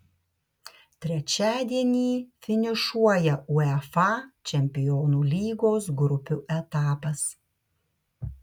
trečiadienį finišuoja uefa čempionų lygos grupių etapas